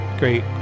great